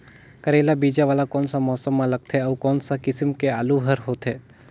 करेला बीजा वाला कोन सा मौसम म लगथे अउ कोन सा किसम के आलू हर होथे?